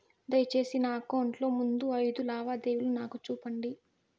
దయసేసి నా అకౌంట్ లో ముందు అయిదు లావాదేవీలు నాకు చూపండి